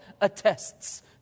attests